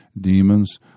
demons